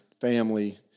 family